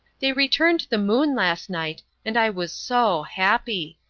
they returned the moon last night, and i was so happy!